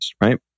right